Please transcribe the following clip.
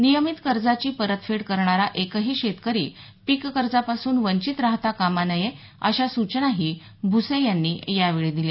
नियमीत कर्जाची परतफेड करणारा एकही शेतकरी पिक कर्जापासून वंचित राहता कामा नये अशा सूचनाही भुसे यांनी यावेळी दिल्या